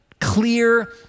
clear